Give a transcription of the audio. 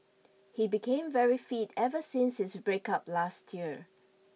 he became very fit ever since his breakup last year